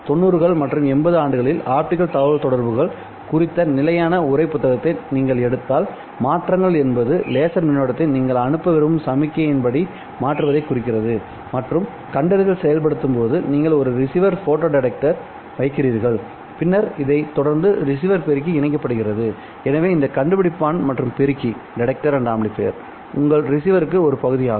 90 கள் அல்லது 80 ஆண்டுகளில் ஆப்டிகல் தகவல்தொடர்புகள் குறித்த நிலையான உரை புத்தகத்தை நீங்கள் எடுத்தால் மாற்றங்கள் என்பது லேசர் மின்னோட்டத்தை நீங்கள் அனுப்ப விரும்பும் சமிக்ஞையின் படி மாற்றுவதைக் குறிக்கிறது மற்றும் கண்டறிதல்கள் செயல்படுத்தும்போது நீங்கள் ஒரு ரிசீவர் போட்டோ டிடெக்டர் வைக்கிறீர்கள்பின்னர் இதைத்தொடர்ந்து ரிசீவர் பெருக்கி இணைக்கப்படுகிறது எனவேஇந்த கண்டுபிடிப்பான் மற்றும் பெருக்கி உங்கள் ரிசீவர் ஒரு பகுதியாகும்